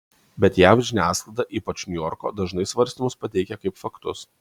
bet jav žiniasklaida ypač niujorko dažnai svarstymus pateikia kaip faktus